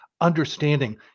understanding